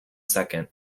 second